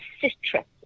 citrus